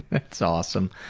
that's awesome.